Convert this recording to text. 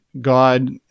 God